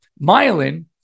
Myelin